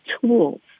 tools